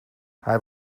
hij